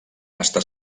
està